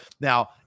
Now